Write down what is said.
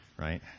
right